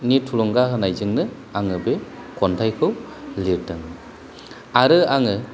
नि थुलुंगा होनायजोंनो आङो बे खन्थाइखौ लिरदों आरो आङो